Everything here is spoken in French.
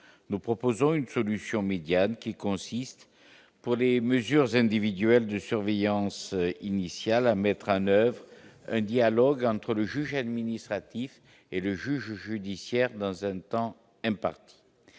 nous proposons une solution médiane qui consiste pour les mesures individuelles de surveillance initial à mettre en oeuvre un dialogue entre le juge administratif et le juge judiciaire dans un temps imparti,